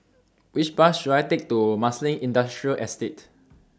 Which Bus should I Take to Marsiling Industrial Estate